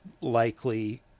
likely